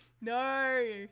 No